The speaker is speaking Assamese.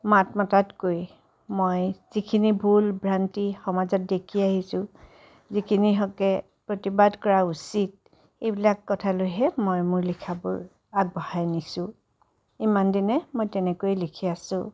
মাত মতাতকৈ মই যিখিনি ভুল ভ্ৰান্তি সমাজত দেখি আহিছোঁ যিখিনিৰ হকে প্ৰতিবাদ কৰা উচিত এইবিলাক কথালৈহে মই মোৰ লিখাবোৰ আগবঢ়াই নিছোঁ ইমানদিনে মই তেনেকৈয়ে লিখি আছোঁ